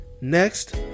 next